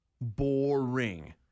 Boring